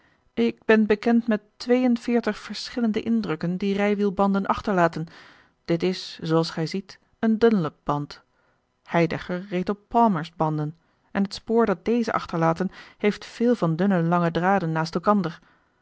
ik ben bekend met twee en veertig verschillende indrukken die rijwielbanden achterlaten dit is zooals gij ziet een dunlopband heidegger reed op palmer's banden en het spoor dat deze achterlaten heeft veel van dunne lange draden naast elkander